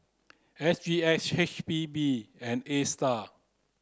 S G X H P B and ASTAR